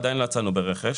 עדיין לא יצאנו ברכש.